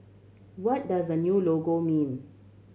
what does the new logo mean